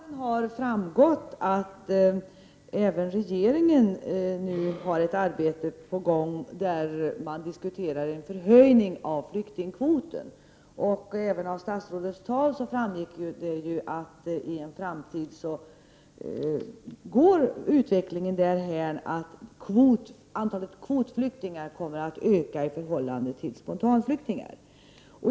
Fru talman! Av den tidigare debatten har framgått att även regeringen har ett arbete på gång där man diskuterar en förhöjning av flyktingkvoten. Även av statsrådets anförande framgick det att utvecklingen i en framtid går därhän att antalet kvotflyktingar kommer att öka i förhållande till spontanflyktingar.